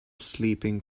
sleeping